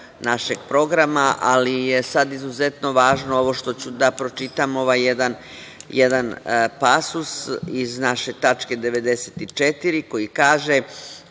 našeg programa, ali je sada izuzetno važno ovo što ću da pročitam, ovaj jedan pasus iz naše tačke 94. koji kaže